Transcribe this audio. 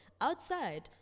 outside